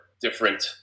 different